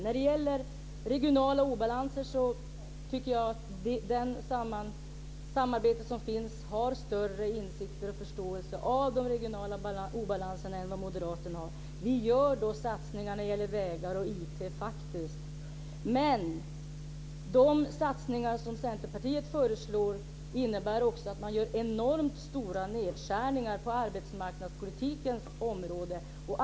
När det gäller regionala obalanser tycker jag att det i det samarbete som finns finns större insikter om och förståelse för de regionalpolitiska obalanserna än vad moderaterna har. Vi gör satsningar på vägar och IT. Men de satsningar som Centerpartiet föreslår innebär att man gör enormt stora nedskärningar på arbetsmarknadspolitikens område.